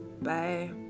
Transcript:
Bye